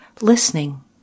listening